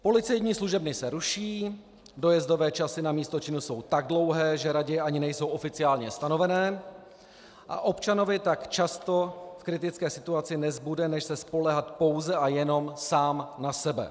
Policejní služebny se ruší, dojezdové časy na místo činu jsou tak dlouhé, že raději ani nejsou oficiálně stanovené, a občanovi tak často v kritické situaci nezbude než se spoléhat pouze a jenom sám na sebe.